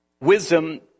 Wisdom